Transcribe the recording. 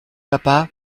papa